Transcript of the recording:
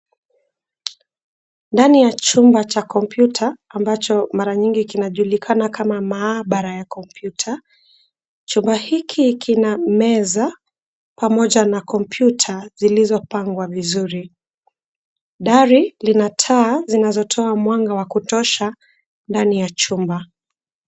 Ndani ya chumba cha kompyuta ambacho mara nyingi kinajulikana kama maabara ya kompyuta. Chumba hiki kina meza pamoja na kompyuta zilizopangwa vizuri. Dari lina taa zinazotoa mwanga wa kutosha, ndani ya chumba.